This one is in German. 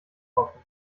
hoffen